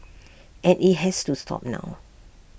and IT has to stop now